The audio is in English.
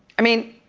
i mean,